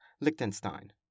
Liechtenstein